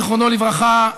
זיכרונו לברכה,